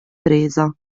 presa